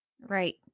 Right